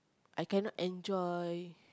I cannot enjoy